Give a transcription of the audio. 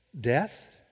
death